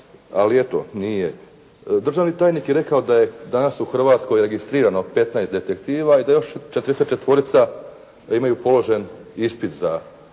Ali eto nije. Državni tajnik je rekao da je danas u Hrvatskoj registrirano 15 detektiva i da još …/Govornik se ne